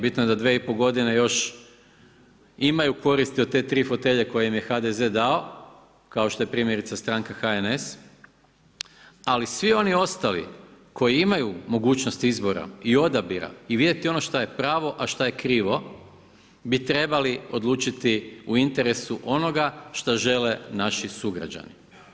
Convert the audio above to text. Bitno je da 2 i pol godine još imaju koristi od te tri fotelje koje im je HDZ dao, kao što je primjerice stranka HNS, ali svi oni ostali koji imaju mogućnost izbora i odabira i vidjeti ono što je pravo, a što je krivo, bi trebali odlučiti u interesu onoga što žele naši sugrađani.